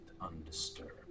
undisturbed